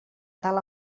tal